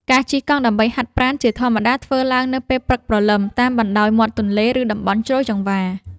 ការជិះកង់ដើម្បីហាត់ប្រាណ ជាធម្មតាធ្វើឡើងនៅពេលព្រឹកព្រលឹមតាមបណ្ដោយមាត់ទន្លេ ឬតំបន់ជ្រោយចង្វារ។